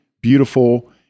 beautiful